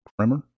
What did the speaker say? Kremer